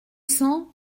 cents